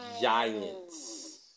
Giants